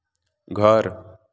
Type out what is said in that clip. घर